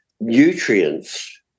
nutrients